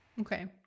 Okay